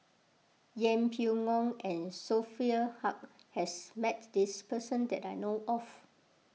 Yeng Pway Ngon and Sophia Hull has met this person that I know of